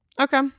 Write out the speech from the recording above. okay